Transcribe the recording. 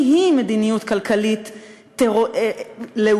היא-היא מדיניות כלכלית לאומית,